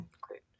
Great